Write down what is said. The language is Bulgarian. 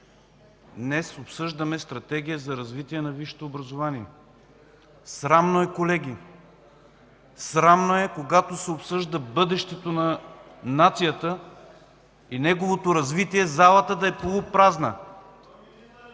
днес обсъждаме Стратегия за развитие на висшето образование. Срамно е, колеги, срамно е когато се обсъжда бъдещето на нацията и неговото развитие, залата да е полупразна!